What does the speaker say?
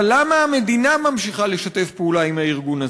אבל למה המדינה ממשיכה לשתף פעולה עם הארגון הזה?